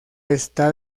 está